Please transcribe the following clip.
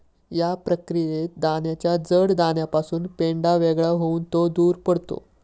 या प्रक्रियेत दाण्याच्या जड दाण्यापासून पेंढा वेगळा होऊन तो दूर पडतो